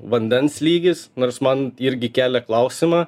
vandens lygis nors man irgi kelia klausimą